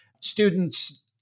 Students